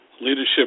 Leadership